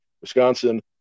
Wisconsin